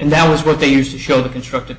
and that was what they used to show the constructive